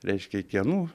reiškia iki anų